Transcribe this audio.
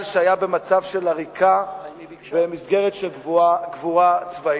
שהיה במצב של עריקות במסגרת של קבורה צבאית.